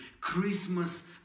Christmas